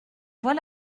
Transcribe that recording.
vois